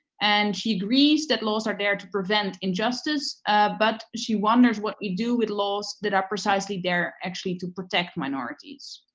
and she agrees that laws are there to prevent injustice but she wonders what you do with laws that are precisely there actually to protect minorities?